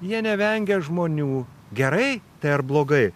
jie nevengia žmonių gerai tai ar blogai